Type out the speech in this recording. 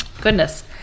Goodness